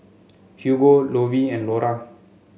Hugo Lovie and Lora